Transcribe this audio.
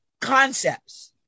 concepts